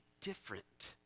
different